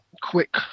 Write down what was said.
quick